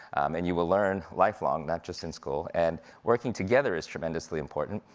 and you will learn lifelong, not just in school, and working together is tremendously important,